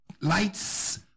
lights